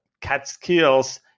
Catskills